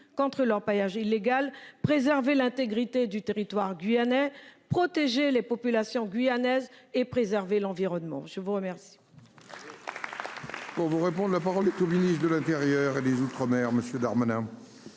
contre l'orpaillage illégal préserver l'intégrité du territoire guyanais protéger les populations guyanaises et préserver l'environnement. Je vous remercie.